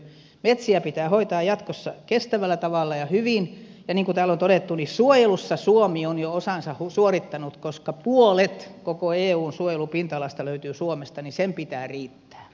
metsiä pitää hoitaa jatkossa kestävällä tavalla ja hyvin ja niin kuin täällä on todettu suojelussa suomi on jo osansa suorittanut koska puolet koko eun suojelupinta alasta löytyy suomesta niin sen pitää riittää